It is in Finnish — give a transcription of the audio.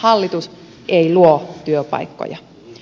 hallitus ei luo työpaikkoja